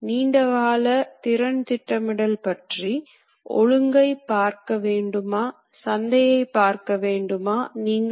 shaft என்கோடர்கள் போன்ற digital பின்னூட்டங்கள் உங்களுக்குத் தெரியும் அல்லது நீங்கள் ரிசால்வர்களைப் பயன்படுத்தலாம்